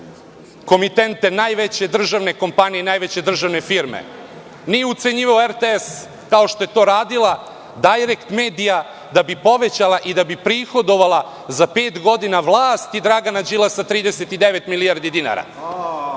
komitente najveće državne kompanije i najveće državne firme. Nije ucenjivao RTS, kao što je to radila „Dajrekt medija“ da bi povećala i da bi prihodovala za pet godina vlasti Dragana Đilasa 39 milijardi dinara. Hoćete